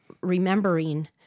remembering